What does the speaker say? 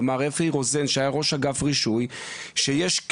וראש אגף הרישוי דאז,